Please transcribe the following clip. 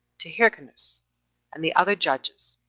to hyrcanus and the other judges,